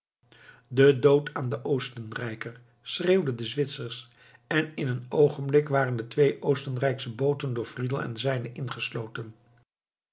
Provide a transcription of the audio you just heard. den dood aan den oostenrijker schreeuwden de zwitsers en in een oogenblik waren de twee oostenrijksche booten door friedel en de zijnen ingesloten